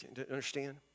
Understand